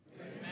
amen